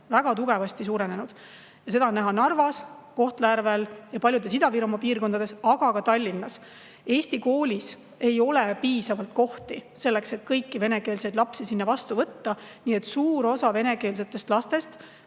väga tugevasti suurenenud! Ja seda on näha Narvas, Kohtla-Järvel ja mujal Ida-Virumaa piirkonnas, aga ka Tallinnas. Eesti koolis ei ole piisavalt kohti selleks, et kõiki venekeelseid lapsi sinna vastu võtta. Nii et suur osa nendest lastest